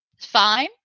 fine